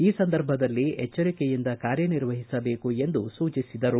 ಈ ಸಂದರ್ಭದಲ್ಲಿ ಎಚ್ವರಿಕೆಯಿಂದ ಕಾರ್ಯನಿರ್ವಹಿಸಬೇಕು ಎಂದು ಸೂಚಿಸಿದರು